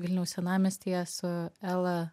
vilniaus senamiestyje su ela